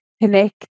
connect